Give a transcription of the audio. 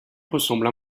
ressemble